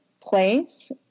place